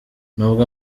nubwo